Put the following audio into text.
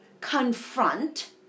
confront